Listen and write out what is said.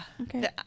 Okay